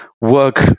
work